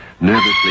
nervously